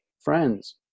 friends